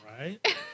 Right